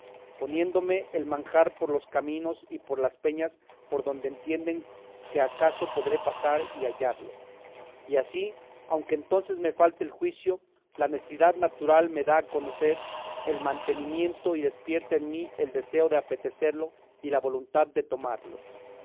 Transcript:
poniéndome el manjar por los caminos y por las peñas por donde entienden que acaso podré pasar y hallarlo y así aunque entonces me falte el juicio la necesidad natural me da a conocer el mantenimiento y despierta en mí el deseo de apetecerlo y la voluntad de tomarlo